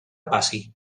passi